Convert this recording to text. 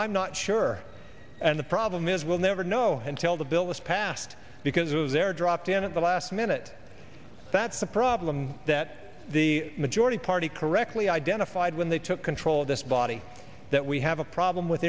i'm not sure and the problem is we'll never know until the bill is passed because they're dropped in at the last minute that's the problem that the majority party correctly identified when they took control of this body that we have a problem with